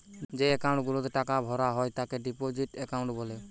যেই একাউন্ট গুলাতে টাকা ভরা হয় তাকে ডিপোজিট একাউন্ট বলে